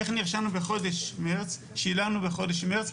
איך נרשמנו בחודש מרץ ושילמנו בחודש מרץ,